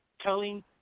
telling